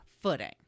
footing